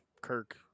Kirk